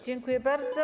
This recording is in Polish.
Dziękuję bardzo.